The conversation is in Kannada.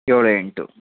ಏಳು ಎಂಟು